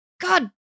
God